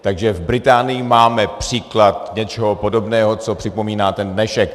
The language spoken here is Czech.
Takže v Británii máme příklad něčeho podobného, co připomíná ten dnešek.